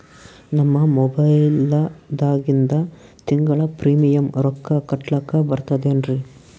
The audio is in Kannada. ನಮ್ಮ ಮೊಬೈಲದಾಗಿಂದ ತಿಂಗಳ ಪ್ರೀಮಿಯಂ ರೊಕ್ಕ ಕಟ್ಲಕ್ಕ ಬರ್ತದೇನ್ರಿ?